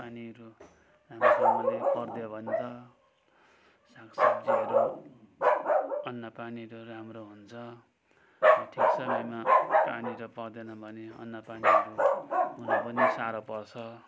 पानीहरू राम्रोसँगले परिदियो भने त सागसब्जीहरू अन्नपानीहरू राम्रो हुन्छ ठिक समयमा पानीहरू परिदिएन भने अन्नपानीहरू हुनु पनि साह्रो पर्छ